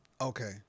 Okay